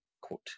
quote